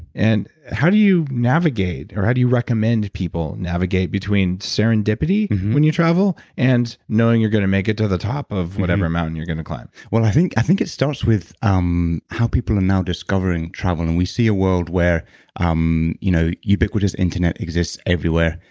and how do you navigate or how do you recommend people navigate between serendipity when you travel and knowing you're going to make it to the top of whatever mountain you're going to climb? well, i think i think it starts with um how people are now discovering traveling. and we see a world where um you know ubiquitous internet exists everywhere.